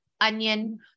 onion